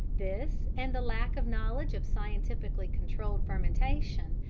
this, and the lack of knowledge of scientifically controlled fermentation,